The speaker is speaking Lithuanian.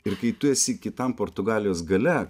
ir kai tu esi kitam portugalijos gale